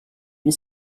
une